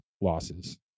losses